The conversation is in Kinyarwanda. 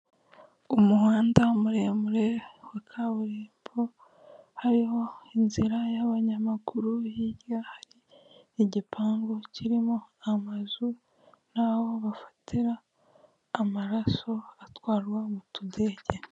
Umuhanda muremure wa kaburimbo hariho inzira y'abanyamaguru hirya, hari igipangu kirimo amazu n'aho bafatira amaraso atwarwa mu tudege.